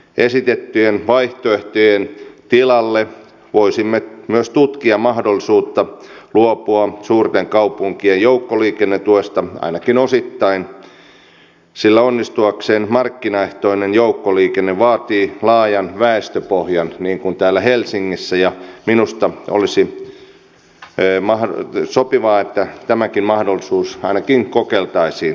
esitettyjen vaihtoehtojen tilalle voisimme myös tutkia mahdollisuutta luopua suurten kaupunkien joukkoliikennetuesta ainakin osittain sillä onnistuakseen markkinaehtoinen joukkoliikenne vaatii laajan väestöpohjan niin kuin täällä helsingissä ja minusta olisi sopivaa että tämäkin mahdollisuus ainakin kokeiltaisiin täällä pääkaupunkiseudulla